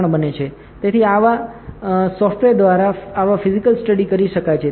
તેથી આવા software દ્વારા આવા ફિઝિકલ સ્ટડી કરી શકાય છે